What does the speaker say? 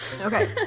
Okay